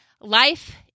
Life